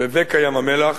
בבקע ים-המלח,